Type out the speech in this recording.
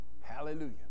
Hallelujah